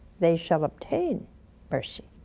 they shall obtain mercy.